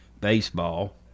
baseball